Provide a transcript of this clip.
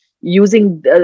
using